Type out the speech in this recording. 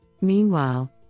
Meanwhile